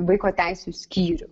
vaiko teisių skyrių